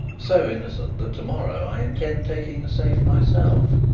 so innocent that to-morrow i intend taking a safe myself.